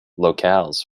locales